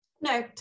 No